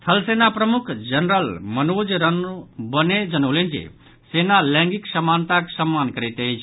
थल सेना प्रमुख जनरल मनोज नरवणे जनौलनि अछि जे सेना लैंगिक समानताक सम्मान करैत अछि